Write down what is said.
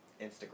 Instagram